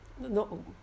No